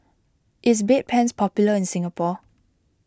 is Bedpans popular in Singapore